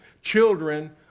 Children